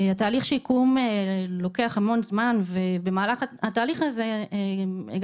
תהליך השיקום לוקח המון זמן ובמהלך התהליך הזה הגעתי